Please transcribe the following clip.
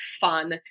fun